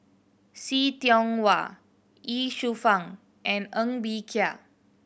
See Tiong Wah Ye Shufang and Ng Bee Kia